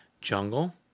Jungle